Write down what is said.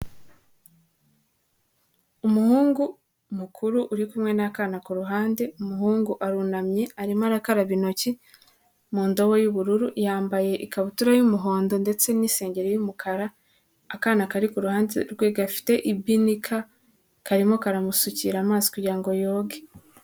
Umuhungu mukuru uri kumwe n'akana ku ruhande, umuhungu arunamye arimo arakaraba intoki mu ndobo y'ubururu yambaye ikabutura y'umuhondo ndetse n'isengeri y'umukara akana kari kuhande rwe gafite ibinika karimo karamusukira amaso kugira ngo yoge.